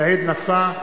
סעיד נפאע,